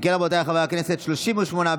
אם כן, רבותיי חברי הכנסת, 38 בעד,